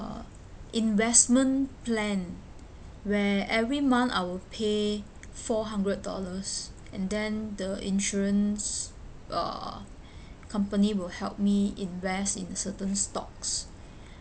uh investment plan where every month I would pay four hundred dollars and then the insurance uh company will help me invest in a certain stocks